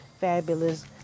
Fabulous